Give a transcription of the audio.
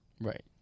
Right